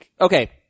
Okay